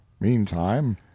Meantime